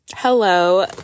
hello